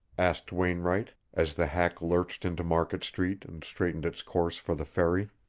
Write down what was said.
asked wainwright, as the hack lurched into market street and straightened its course for the ferry.